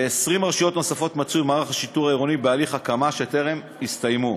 ב-20 רשויות נוספות מצוי מערך השיטור העירוני בהליך הקמה שטרם הסתיים,